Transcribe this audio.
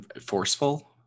Forceful